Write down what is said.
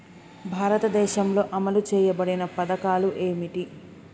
భారతదేశంలో అమలు చేయబడిన పథకాలు ఏమిటి?